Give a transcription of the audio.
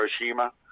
Hiroshima